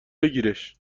بگیرش